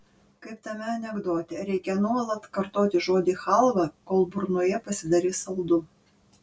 kaip tame anekdote reikia nuolat kartoti žodį chalva kol burnoje pasidarys saldu